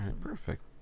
perfect